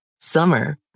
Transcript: summer